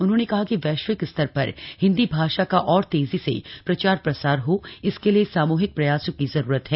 उन्होंने कहा कि वैश्विक स्तर पर हिन्दी भाषा का और तेजी से प्रचार प्रसार हो इसके लिए सामूहिक प्रयासों की जरूरत है